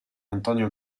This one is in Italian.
antonio